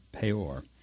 Peor